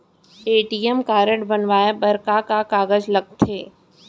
ATM card बनवाये बर का का कागज लगथे?